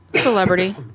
Celebrity